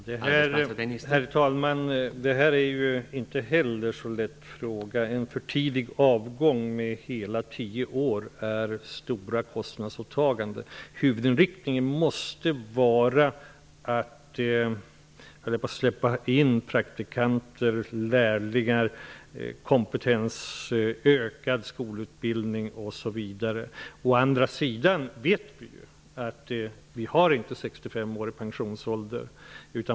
Herr talman! Den frågan är inte så lätt. En för tidig avgång med hela tio år innebär stora kostnadsåtaganden. Huvudinriktningen måste vara att man släpper in praktikanter och lärlingar samt ökar kompetensen genom skolutbildning osv. Å andra sidan vet vi att pensionsåldern inte är 65 år.